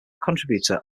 contributor